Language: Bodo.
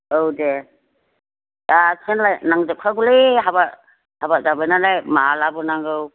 औ दे आसानालाय नांजोबखागौलै हाबा हाबा जागोन नालाय मालाबो नांगौ